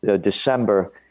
December